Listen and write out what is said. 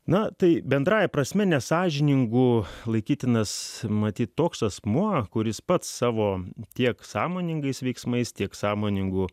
na tai bendrąja prasme nesąžiningu laikytinas matyt toks asmuo kuris pats savo tiek sąmoningais veiksmais tiek sąmoningu